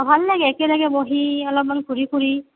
ভাল লাগে একেলগে বহি অলপমান ঘূৰি ফুৰি